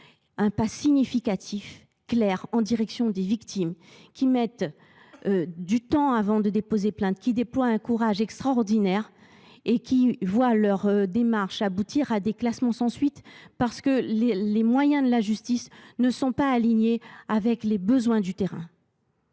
un pas significatif et clair en faveur des victimes, qui mettent du temps avant de déposer plainte, qui déploient un courage extraordinaire et qui voient leur démarche aboutir à des classements sans suite, parce que les moyens de la justice ne sont pas alignés sur les besoins du terrain.